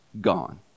gone